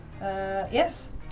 Yes